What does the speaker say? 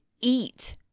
eat